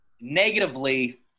Negatively